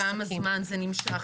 כמה זמן זה נמשך?